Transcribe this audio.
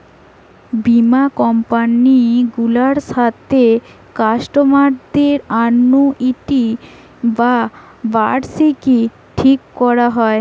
বীমা কোম্পানি গুলার সাথে কাস্টমারদের অ্যানুইটি বা বার্ষিকী ঠিক কোরা হয়